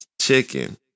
chicken